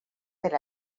del